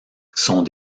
sont